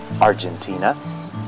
Argentina